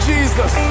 Jesus